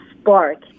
spark